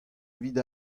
evit